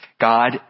God